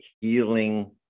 healing